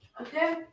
Okay